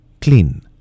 Clean